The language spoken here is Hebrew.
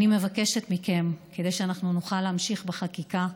אני מבקשת מכם, כדי שנוכל להמשיך בחקיקה,